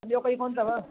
ॿियों कोई कोन अथव